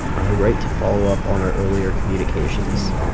i write to follow up on our earlier communications.